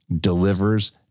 delivers